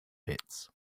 pits